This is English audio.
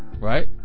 right